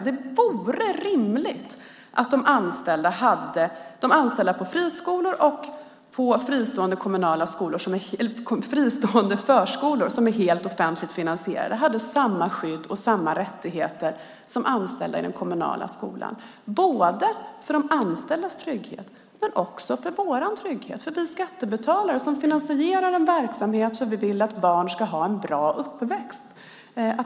Det vore rimligt att anställda på friskolor och på fristående förskolor som är helt offentligt finansierade hade samma skydd och samma rättigheter som anställda i den kommunala skolan, både för de anställdas trygghet och för vår trygghet. Vi skattebetalare finansierar en verksamhet för att vi vill att barn ska ha en bra uppväxt.